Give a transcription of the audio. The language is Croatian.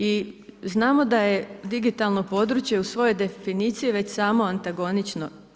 I znamo da je digitalno područje u svojoj definiciji već samo antagonično.